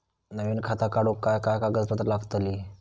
नवीन खाता काढूक काय काय कागदपत्रा लागतली?